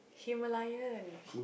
Himalayan